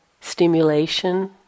stimulation